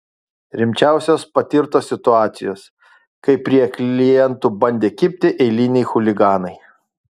rimčiausios patirtos situacijos kai prie klientų bandė kibti eiliniai chuliganai